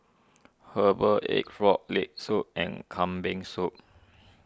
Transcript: Herbal Egg Frog Leg Soup and Kambing Soup